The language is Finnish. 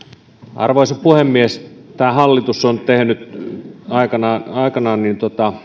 arvoisa puhemies tämä hallitus on aikanaan aikanaan tehnyt